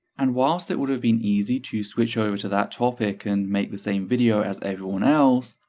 and whilst it would have been easy to switch over to that topic and make the same video as everyone else,